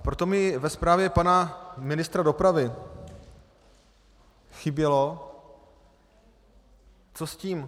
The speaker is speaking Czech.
Proto mě ve zprávě pana ministra dopravy chybělo, co s tím.